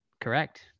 Correct